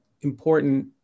important